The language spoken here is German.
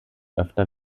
öfter